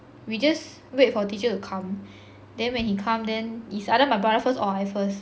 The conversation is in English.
we just wait for teacher to come then when he come then is either my brother first or I first